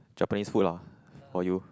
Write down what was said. Japanese food ah for you